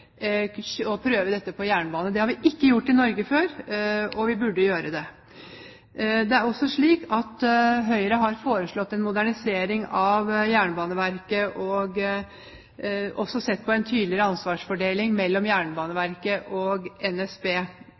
å prøve dette på jernbane. Det har vi ikke gjort i Norge før, og vi burde gjøre det. Det er også slik at Høyre har foreslått en modernisering av Jernbaneverket. Vi har også sett på en tydeligere ansvarsfordeling mellom Jernbaneverket og NSB.